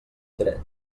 dret